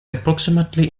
approximately